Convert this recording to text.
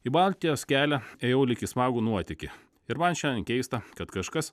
į baltijos kelią ėjau lyg į smagų nuotykį ir man šiandien keista kad kažkas